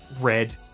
red